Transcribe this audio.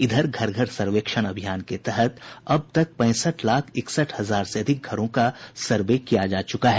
इधर घर घर सर्वेक्षण अभियान के तहत अब तक पैंसठ लाख इकसठ हजार से अधिक घरों का सर्वे किया जा चुका है